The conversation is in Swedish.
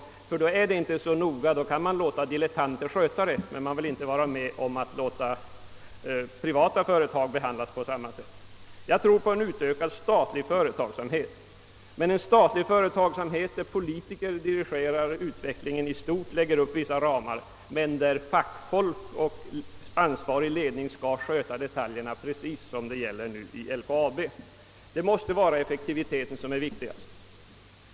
Dem är det tydligen inte så noga med, dem kan man låta dilettanter sköta. Men man vill inte gå med på att privata företag behandlas på liknande sätt. Jag tror på en utökad statlig företagsamhet, men en statlig företagsamhet där politiker dirigerar utvecklingen i stort och gör upp vissa ramar medan fackfolk och en ansvarig ledning sköter detaljerna, precis som nu gäller i LKAB. Effektiviteten måste vara det viktigaste.